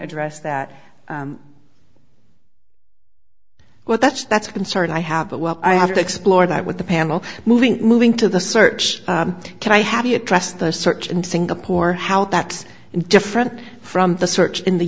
address that well that's that's a concern i have but well i have to explore that with the panel moving moving to the search can i have you addressed the search in singapore how that's different from the search in the